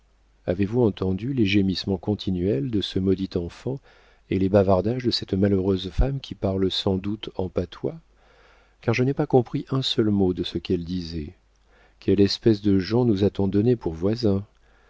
avez-vous entendu les gémissements continuels de ce maudit enfant et les bavardages de cette malheureuse femme qui parle sans doute en patois car je n'ai pas compris un seul mot de ce qu'elle disait quelle espèce de gens nous a-t-on donnés pour voisins